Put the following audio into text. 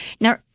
now